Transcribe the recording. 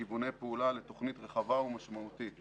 כיווני פעולה לתוכנית רחבה ומשמעותית